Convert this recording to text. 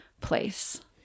place